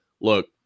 look